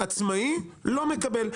בעוד שעצמאי לא מקבל,